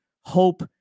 hope